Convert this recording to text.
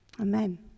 Amen